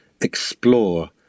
explore